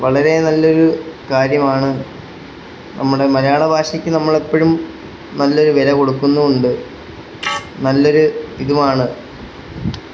വളരെ നല്ലൊരു കാര്യമാണ് നമ്മുടെ മലയാള ഭാഷയ്ക്കു നമ്മളെപ്പോഴും നല്ലൊരു വില കൊടുക്കുന്നുമുണ്ട് നല്ലൊരു ഇതുമാണ്